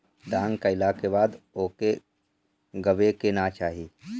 दान कइला के बाद ओके गावे के ना चाही